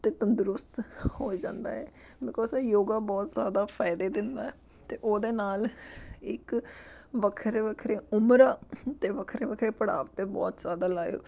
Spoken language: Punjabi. ਅਤੇ ਤੰਦਰੁਸਤ ਹੋ ਜਾਂਦਾ ਹੈ ਬਿਕੋਜ਼ ਇਹ ਯੋਗਾ ਬਹੁਤ ਜ਼ਿਆਦਾ ਫ਼ਾਇਦੇ ਦਿੰਦਾ ਅਤੇ ਉਹਦੇ ਨਾਲ ਇੱਕ ਵੱਖਰੇ ਵੱਖਰੇ ਉਮਰ 'ਤੇ ਵੱਖਰੇ ਵੱਖਰੇ ਪੜਾਵ ਅਤੇ ਬਹੁਤ ਜ਼ਿਆਦਾ ਲਾਈਵ